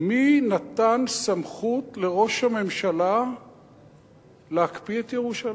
מי נתן סמכות לראש הממשלה להקפיא את ירושלים?